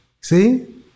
See